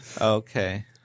okay